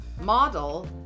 model